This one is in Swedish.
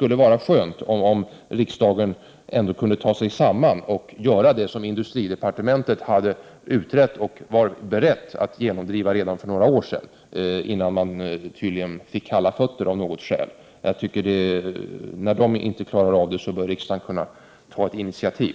vore därför bra om riksdagen kunde ta sig samman och göra det som man på industridepartementet har utrett och var beredd att genomdriva redan för några år sedan innan man tydligen av någon anledning fick kalla fötter. När industridepartementet inte klarade av detta bör riksdagen kunna ta detta initiativ.